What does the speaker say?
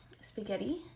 spaghetti